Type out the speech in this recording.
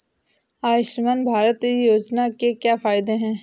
आयुष्मान भारत योजना के क्या फायदे हैं?